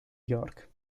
york